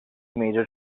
major